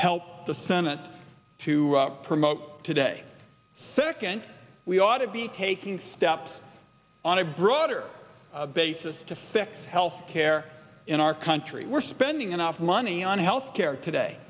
helped the senate to promote today second we ought to be taking steps on a broader basis to fix health care in our country we're spending enough money on health care today